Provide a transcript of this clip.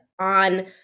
on